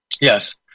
Yes